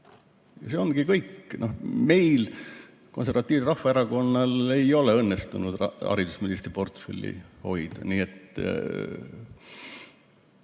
see ongi kõik. Meil, Konservatiivsel Rahvaerakonnal, ei ole õnnestunud haridusministri portfelli hoida. (Juhataja